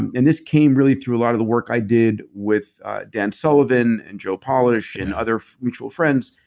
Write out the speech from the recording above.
and and this came, really, through a lot of the work i did with dan sullivan and joe polish and other mutual friends.